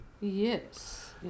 Yes